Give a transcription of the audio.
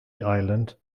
island